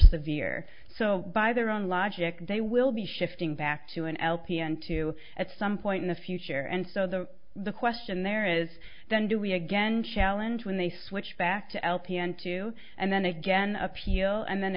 severe so by their own logic they will be shifting back to an lpn two at some point in the future and so the the question there is then do we again challenge when they switch back to l p n two and then again appeal and then